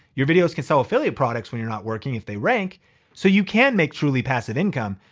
your videos can sell affiliate products when you're not working, if they rank so you can make truly passive income.